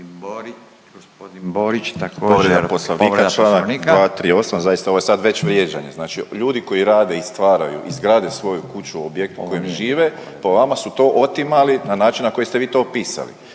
Gospodin Borić također povreda Poslovnika.